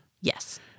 Yes